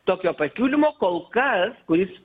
tokio pasiūlymo kol kas kuris